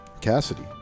Cassidy